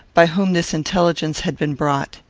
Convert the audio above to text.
by whom this intelligence had been brought.